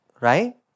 Right